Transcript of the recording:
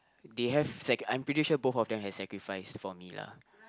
they have sac~ I'm pretty sure both of them have sacrificed for me lah